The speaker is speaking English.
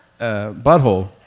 butthole